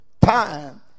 Time